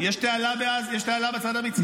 יש תעלה בצד המצרי.